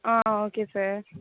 ah okay sir